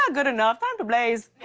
ah good enough. time to blaze.